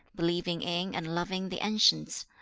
believing in and loving the ancients,